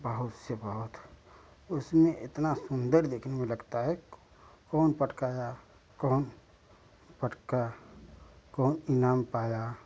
बहुत से बहुत उसमें इतना सुंदर देखने को लगता है कौन पटकाया कौन पटका कौन इनाम पाया